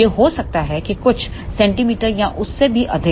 यह हो सकता है कुछ सेंटीमीटर या उससे भी अधिक